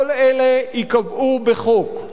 כל אלה ייקבעו בחוק.